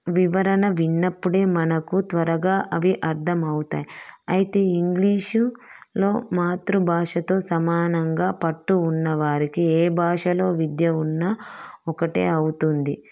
వివరణ విన్నప్పుడే మనకు త్వరగా అవి అర్ధమవుతాయి అయితే ఇంగ్లీషులో మాతృభాషతో సమానంగా పట్టు ఉన్నవారికి ఏభాషలో విద్య ఉన్నా ఒకటే అవుతుంది